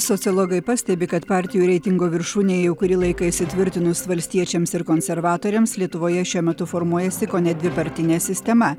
sociologai pastebi kad partijų reitingo viršūnėje jau kurį laiką įsitvirtinus valstiečiams ir konservatoriams lietuvoje šiuo metu formuojasi kone dvipartinė sistema